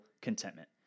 contentment